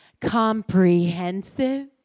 Comprehensive